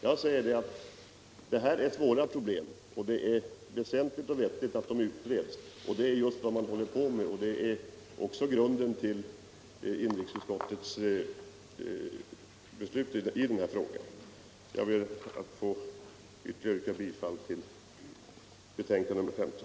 Jag menar att det här är svåra problem och att det därför är vettigt och väsentligt att de utreds. Just detta håller man också på med, och det är grunden till inrikesutskottets förslag i denna fråga. Jag ber att ytterligare en gång få yrka bifall till utskottets hemställan i betänkandet nr 15.